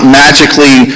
magically